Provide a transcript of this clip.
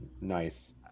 Nice